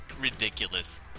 Ridiculous